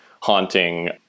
haunting